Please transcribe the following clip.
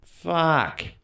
Fuck